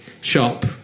shop